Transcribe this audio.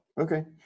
Okay